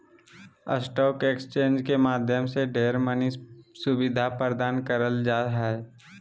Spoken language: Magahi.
स्टाक एक्स्चेंज के माध्यम से ढेर मनी सुविधा प्रदान करल जा हय